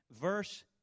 verse